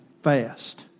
fast